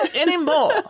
anymore